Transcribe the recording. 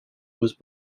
was